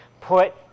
Put